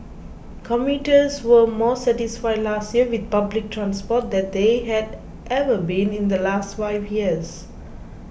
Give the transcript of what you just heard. commuters were more satisfied last year with public transport than they had ever been in the last five years